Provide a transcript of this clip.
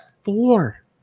Four